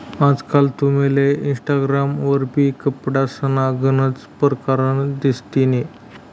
आजकाल तुमले इनस्टाग्राम वरबी कपडासना गनच परकार दिसतीन